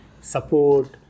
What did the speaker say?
support